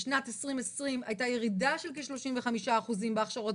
בשנת 2020 הייתה ירידה של כ-35 אחוזים בהכשרות